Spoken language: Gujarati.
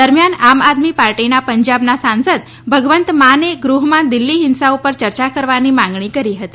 દરમિયાન આમ આદમી પાર્ટીના પંજાબના સાંસદ ભગવંતમાને ગૃહમાં દિલ્હી હિંસા ઉપર ચર્ચા કરવાની માંગણી કરી હતી